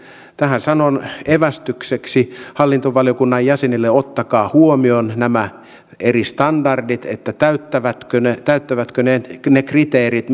tähän sanon evästykseksi hallintovaliokunnan jäsenille ottakaa huomioon nämä eri standardit että täyttävätkö ne täyttävätkö ne ne kriteerit